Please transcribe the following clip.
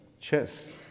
Chess